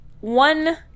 one